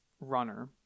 runner